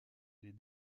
les